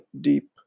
deep